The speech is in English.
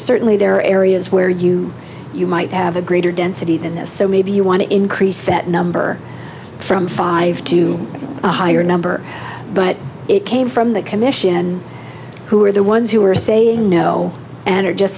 certainly there are areas where you you might have a greater density than this so maybe you want to increase that number from five to a higher number but it came from the commission who are the ones who are saying no and are just